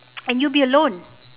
and you will be alone